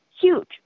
huge